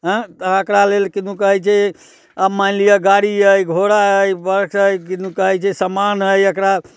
एकरा लेल किदुन कहैत छै की मानि लिअ गाड़ी अइ घोड़ा अइ बस अइ किदुन कहैत छै समान अइ एकरा